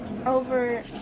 Over